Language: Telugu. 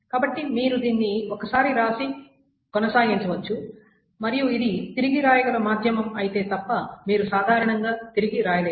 కాబట్టి మీరు దీన్ని ఒకసారి వ్రాసి కొనసాగించవచ్చు మరియు ఇది తిరిగి వ్రాయగల మాధ్యమం అయితే తప్ప మీరు సాధారణంగా తిరిగి వ్రాయలేరు